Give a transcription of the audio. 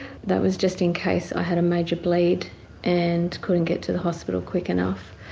that was just in case i had a major bleed and couldn't get to the hospital quick enough.